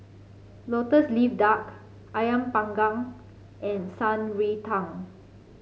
lotus leaf duck ayam Panggang and Shan Rui Tang